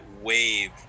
wave